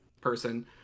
person